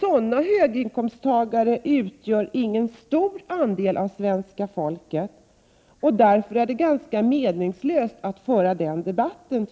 Sådana här höginkomsttagare utgör ingen stor andel av svenska folket, och därför tycker jag att det är ganska meningslöst att föra den debatten.